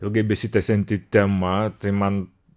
ilgai besitęsianti tema tai man